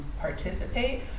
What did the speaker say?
participate